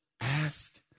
ask